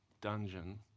dungeon